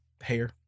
hair